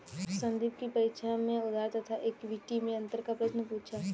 संदीप की परीक्षा में उधार तथा इक्विटी मैं अंतर का प्रश्न पूछा